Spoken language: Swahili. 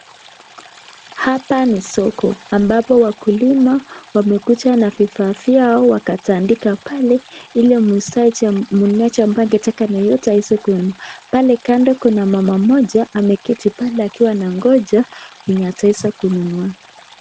Hapa ni soko ambapo wakulima wamekuja na vifaa vyao wakatandika pale ili mnunuaji ambaye angetaka mwingine aweze kuona. Pale kando kuna mama mmoja ameketi pale akiwa anangoja mwenye ataweza kununua.